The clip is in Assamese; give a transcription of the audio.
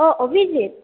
অঁ অভিজিত